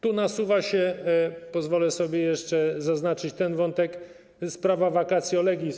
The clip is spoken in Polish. Tu nasuwa się, pozwolę sobie jeszcze zaznaczyć ten wątek, sprawa vacatio legis.